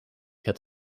het